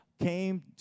came